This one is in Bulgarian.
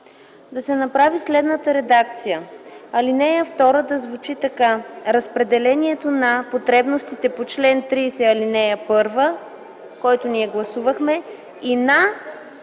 да се направи следната редакция: Алинея 2 да звучи така: „Разпределението на потребностите по чл. 30, ал. 1 – който ние гласувахме – и на